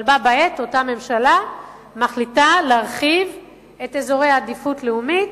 אבל בה בעת אותה ממשלה מחליטה להרחיב את אזורי העדיפות הלאומית,